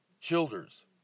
Childers